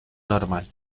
normal